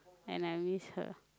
and I miss her